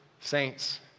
Saints